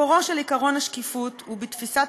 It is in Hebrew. "מקורו של עקרון השקיפות הוא בתפיסת